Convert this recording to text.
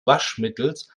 waschmittels